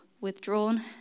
withdrawn